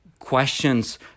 questions